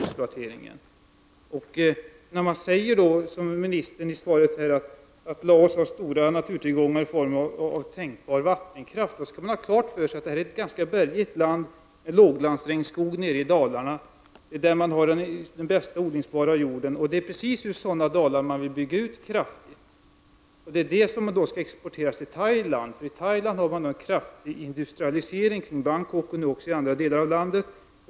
Ministern säger i svaret att Laos har stora naturtillgångar i form av tänkbar vattenkraft. Man skall då ha klart för sig att detta är ett ganska bergigt land med låglandsregnskogar i dalarna, där man har den bästa odlingsbara jorden. Det är precis i sådana dalar man vill bygga ut vattenkraften. Denna kraft skall exploateras till Thailand, där det pågår en kraftig industrialisering i Bangkok och även i andra delar av landet.